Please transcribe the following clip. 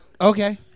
Okay